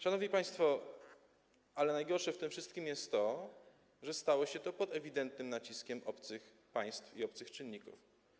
Szanowni państwo, ale najgorsze w tym wszystkim jest to, że stało się to pod ewidentnym naciskiem obcych państw i obcych czynników.